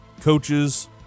coaches